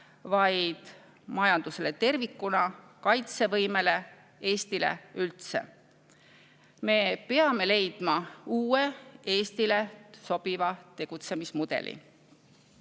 vaid ka majandusele tervikuna, kaitsevõimele, Eestile üldse. Me peame leidma uue, Eestile sobiva tegutsemismudeli.